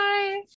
Bye